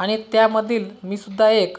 आणि त्यामधील मीसुद्धा एक